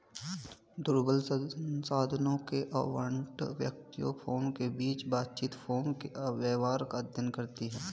दुर्लभ संसाधनों के आवंटन, व्यक्तियों, फर्मों के बीच बातचीत, फर्मों के व्यवहार का अध्ययन करती है